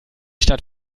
stadt